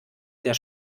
der